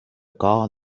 cor